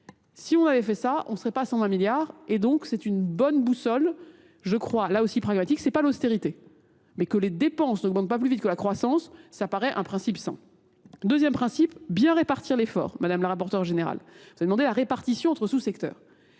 Si on avait fait ça, on serait pas à 120 milliards et donc c'est une bonne boussole, je crois, là aussi pragmatique, c'est pas l'austérité. Mais que les dépenses n'augmentent pas plus vite que la croissance, ça paraît un principe sain. Deuxième principe, bien répartir l'effort, madame la rapporteure générale. Vous avez demandé la répartition entre sous-secteurs.